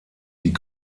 die